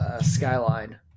Skyline